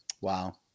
Wow